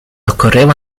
occorreva